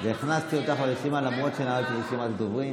הכנסתי אותך לרשימה למרות שנעלתי את רשימת הדוברים.